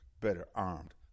better-armed